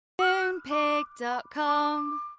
Moonpig.com